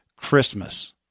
Christmas